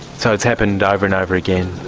so it's happened ah over and over again.